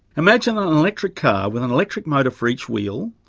imagine ah an electric car with an electric motor for each wheel,